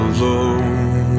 Alone